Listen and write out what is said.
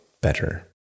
better